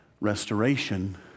restoration